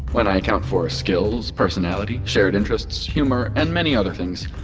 when i account for skills, personality, shared interests humor, and many other things,